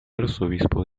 arzobispo